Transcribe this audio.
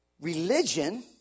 religion